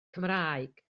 cymraeg